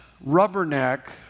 rubberneck